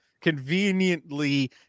conveniently